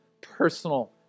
personal